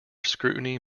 scrutiny